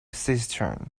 cistern